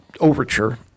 overture